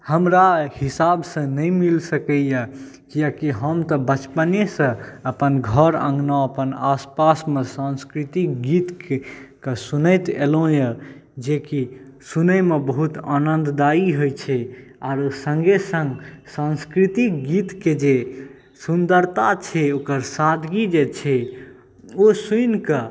हमरा हिसाबसँ नहि मिलि सकैए कियाकि हम तऽ बचपनेसँ अपन घर अँगना अपन आसपासमे सांस्कृतिक गीतके सुनैत अएलहुँ हँ जे कि सुनैमे बहुत आनन्ददाइ होइ छै आओर सङ्गे सङ्ग सांस्कृतिक गीतके जे सुन्दरता छै ओकर सादगी जे छै ओ सुनिकऽ